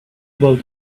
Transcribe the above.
about